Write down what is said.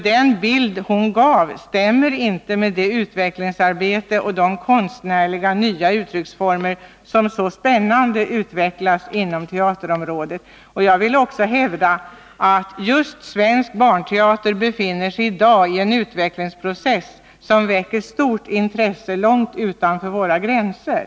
Den bild hon gav stämmer inte med utvecklingsarbetet — och de nya konstnärliga uttrycksformer som så spännande utvecklas inom teaterområdet. Jag vill hävda att svensk barnteater i dag befinner sig i en utvecklingsprocess som väcker stort intresse 2 RR 39 långt utanför våra gränser.